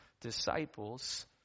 disciples